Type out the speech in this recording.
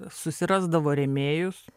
susirasdavo rėmėjus